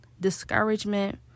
discouragement